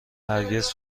هرگز